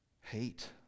hate